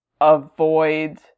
avoid